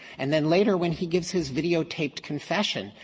and then later when he gives his videotaped confession,